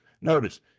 Notice